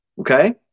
Okay